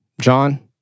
John